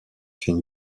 une